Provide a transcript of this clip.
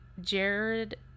Jared